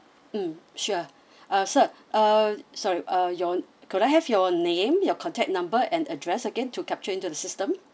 mm sure uh sir uh sorry uh your could I have your name your contact number and address again to capture into the system